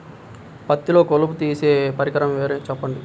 పత్తిలో కలుపు తీసే పరికరము పేరు చెప్పండి